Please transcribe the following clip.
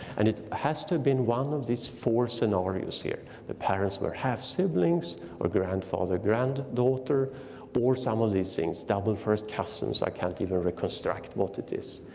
and it has to been one of these four scenarios here. the parents were half siblings or grandfather, granddaughter or some of these things, double first cousins, i can't even reconstruct what it is.